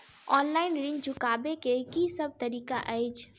Online ऋण चुकाबै केँ की सब तरीका अछि?